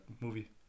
movie